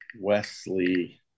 Wesley